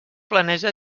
planeja